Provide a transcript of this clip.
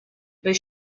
but